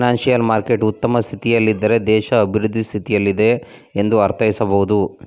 financial market ಉತ್ತಮ ಸ್ಥಿತಿಯಲ್ಲಿದ್ದಾರೆ ದೇಶ ಅಭಿವೃದ್ಧಿ ಸ್ಥಿತಿಯಲ್ಲಿದೆ ಎಂದು ಅರ್ಥೈಸಬಹುದು